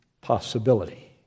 possibility